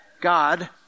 God